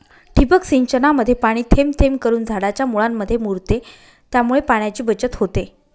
ठिबक सिंचनामध्ये पाणी थेंब थेंब करून झाडाच्या मुळांमध्ये मुरते, त्यामुळे पाण्याची बचत होते